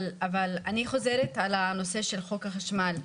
אבל אני חוזרת על הנושא של חוק החשמל.